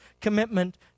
commitment